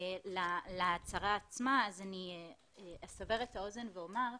להצהרה עצמה, אז אני אסבר את האוזן ואומר,